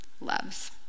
loves